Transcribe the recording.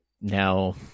now